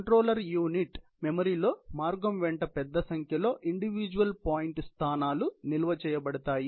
controller unit మెమరీలో మార్గం వెంట పెద్ద సంఖ్యలో ఇండివిజుయల్ పాయింట్ స్థానాలు నిల్వ చెయ్యబడతాయి